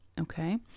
okay